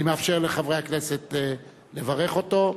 אני מאפשר לחברי הכנסת לברך אותו,